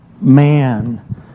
man